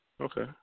Okay